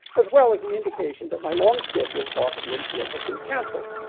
as well as an indication that my long scheduled talk at linfield has been canceled,